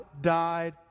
died